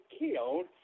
killed